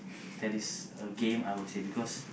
that is a game I would say because